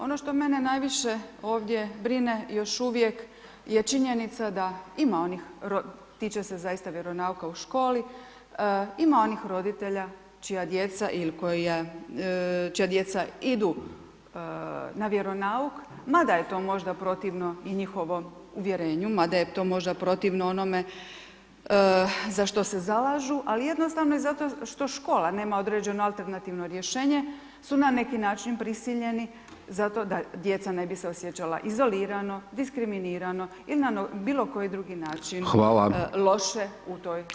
Ono što mene najviše ovdje brine još uvijek je činjenica da ima onih, tiče se zaista vjeronauka u školi, ima onih roditelja čija djeca idu na vjeronauk mada je to možda protivno i njihovom uvjerenju, mada je to možda protivno onome za što se zalažu, ali jednostavno i zato što škola nema određeno alternativno rješenje, su na neki način prisiljeni, zato da djeca ne bi se osjećala izolirano, diskriminirano ili na bilo koji drugi način [[Upadica: Hvala]] loše u toj…